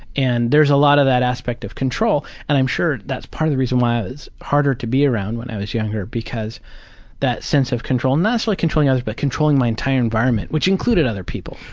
and there's a lot of that aspect of control and i'm sure that's part of the reason why i was harder to be around when i was younger because that sense of control not necessarily controlling others but controlling my entire environment, which included other people.